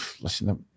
listen